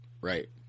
Right